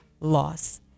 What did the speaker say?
loss